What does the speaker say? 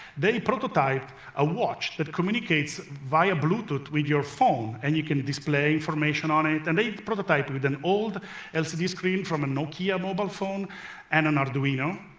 they prototyped a watch that communicates via bluetooth with your phone, and you can display information on it. and they prototyped with an old lcd screen from a nokia mobile phone and an arduino.